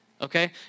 Okay